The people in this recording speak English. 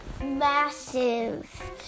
massive